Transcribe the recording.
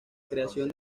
creación